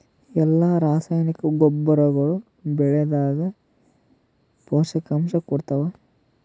ಎಲ್ಲಾ ರಾಸಾಯನಿಕ ಗೊಬ್ಬರಗೊಳ್ಳು ಬೆಳೆಗಳದಾಗ ಪೋಷಕಾಂಶ ಕೊಡತಾವ?